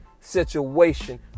situation